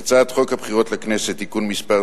אנחנו עוברים להצעת חוק הבחירות לכנסת (תיקון מס'